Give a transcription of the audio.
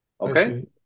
Okay